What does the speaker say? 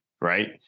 right